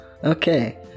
Okay